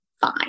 fine